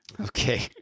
Okay